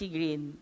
Green